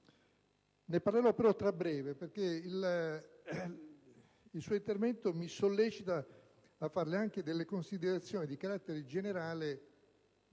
però parlare tra breve, perché il suo intervento mi sollecita a fare anche delle considerazioni di carattere generale